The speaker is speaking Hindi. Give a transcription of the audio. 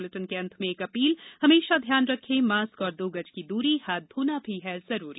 इस बुलेटिन के अंत मे एक अपील हमेशा ध्यान रखे मास्क और दो गज की दूरी हाथ धोना भी है जरूरी